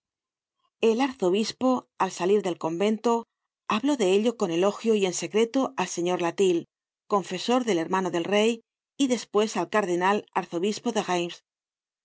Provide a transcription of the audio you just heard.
el arzobispo al salir del convento habló de ello con elogio y en secreto al señor latil confesor del hermano del rey y despues al cardenal arzobispo de reims